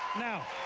now